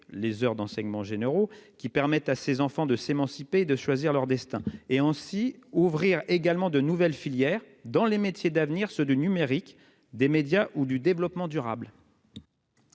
les heures d'enseignements généraux, qui permettent à ces enfants de s'émanciper et de choisir leur destin. Je vous demande enfin d'ouvrir de nouvelles filières dans les métiers d'avenir, ceux du numérique, des médias ou du développement durable.